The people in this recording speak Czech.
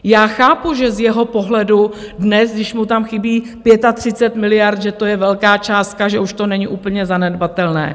Já chápu, že z jeho pohledu dnes, když mu tam chybí 35 miliard, že to je velká částka, že už to není úplně zanedbatelné.